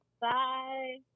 Bye